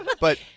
But-